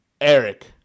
Eric